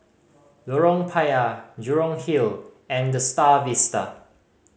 Lorong Payah Jurong Hill and The Star Vista